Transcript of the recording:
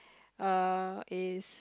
uh is